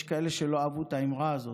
יש כאלה שלא אהבו את האמרה הזאת,